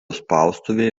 spaustuvė